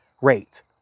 rate